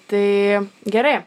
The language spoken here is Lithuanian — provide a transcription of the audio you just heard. tai gerai